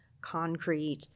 concrete